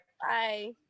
Bye